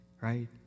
right